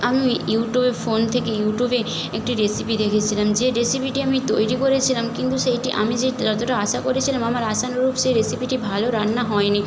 আমি ইউটিউবে ফোন থেকে ইউটিউবে একটি রেসিপি দেখেছিলাম যে রেসিপিটি আমি তৈরি করেছিলাম কিন্তু সেইটি আমি যেহেতু যতটা আশা করেছিলাম আমার আশানুরূপ সেই রেসিপিটি ভালো রান্না হয়নি